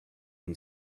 and